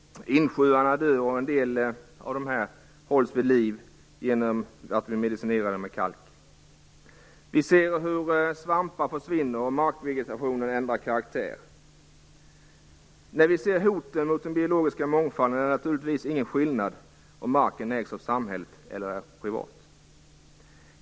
Insjöarna dör, men en del hålls vid liv genom att vi medicinerar dem med kalk. Vi ser hur svampar försvinner och hur markvegetationen ändrar karaktär. När vi ser hoten mot den biologiska mångfalden är det naturligtvis ingen skillnad om marken ägs av samhället eller är privat.